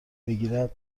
بگیرد